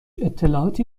اطلاعاتی